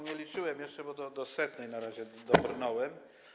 Nie liczyłem jeszcze, bo do setnej na razie dobrnąłem.